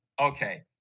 Okay